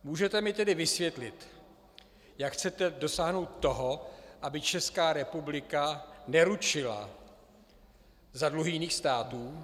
Můžete mi tedy vysvětlit, jak chcete dosáhnout toho, aby Česká republika neručila za dluhy jiných států?